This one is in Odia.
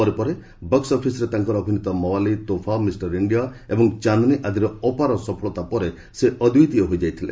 ପରେ ପରେ ବକ୍କ ଅଫିସ୍ରେ ତାଙ୍କ ଅଭିନୀତ ମୱାଲି ତୋହଫା ମିଷ୍ଟର ଇଣ୍ଡିଆ ଏବଂ ଚାନ୍ଦିନୀ ଆଦିର ଅପାର ସଫଳତା ପରେ ସେ ଅଦ୍ୱିତୀୟ ହୋଇଯାଇଥିଲେ